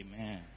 Amen